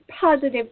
Positive